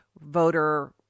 voter